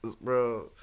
bro